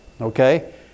okay